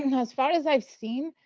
and as far as i've seen,